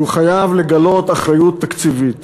שחייב לגלות אחריות תקציבית